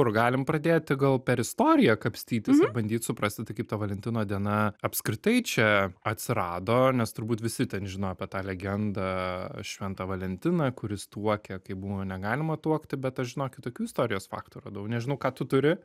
kur galim pradėti gal per istoriją kapstytis ir bandyt suprasti tai kaip ta valentino diena apskritai čia atsirado nes turbūt visi ten žino apie tą legendą šventą valentiną kuris tuokė kai buvo negalima tuokti bet aš žinokit kitokių istorijos faktų radau nežinau ką tu turi